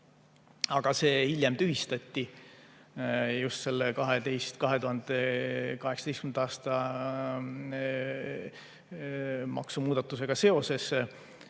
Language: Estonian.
aga hiljem see tühistati, just selle 2018. aasta maksumuudatusega seoses.